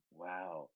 wow